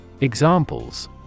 Examples